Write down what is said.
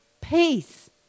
peace